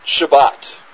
Shabbat